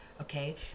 okay